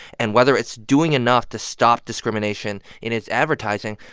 and whether it's doing enough to stop discrimination in its advertising.